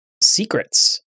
secrets